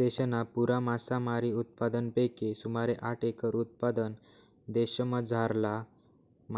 देशना पुरा मासामारी उत्पादनपैकी सुमारे साठ एकर उत्पादन देशमझारला